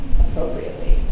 appropriately